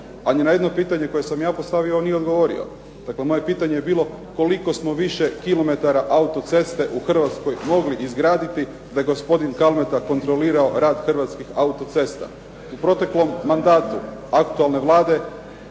A ni na jedno pitanje koje sam ja postavio on nije odgovorio. Dakle moje pitanje je bilo koliko smo više kilometara autoceste u Hrvatskoj mogli izgraditi da je gospodin Kalmeta kontrolirao rad Hrvatskih autocesta? U proteklom mandatu aktualne Vlade,